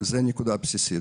זאת נקודת הבסיס.